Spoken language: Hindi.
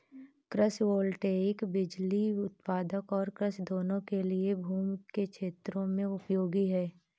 कृषि वोल्टेइक बिजली उत्पादन और कृषि दोनों के लिए भूमि के क्षेत्रों में उपयोगी है